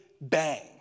bang